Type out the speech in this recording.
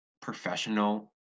professional